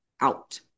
out